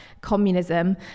communism